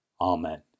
Amen